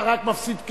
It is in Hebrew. אתה רק מפסיד כסף.